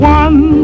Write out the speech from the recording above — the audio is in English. one